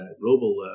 global